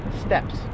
steps